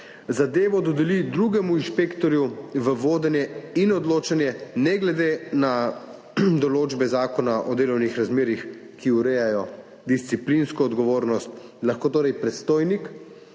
zadevo dodeli drugemu inšpektorju v vodenje in odločanje, ne glede na določbe Zakona o delovnih razmerjih, ki urejajo disciplinsko odgovornost. Predstojnik